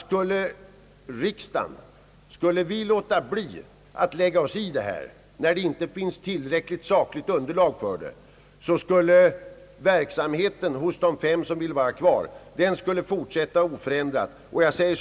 Om riksdagen låter bli att lägga sig i detta, enär det inte finns tillräckligt sakunderlag för att göra det nu, så skulle verksamheten vara kvar oförändrad tillsvidare för de fem bolag som så önskar.